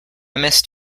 missed